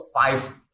five